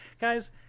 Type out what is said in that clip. Guys